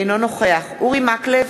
אינו נוכח אורי מקלב,